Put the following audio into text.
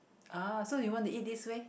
oh so you want to eat this way